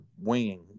winging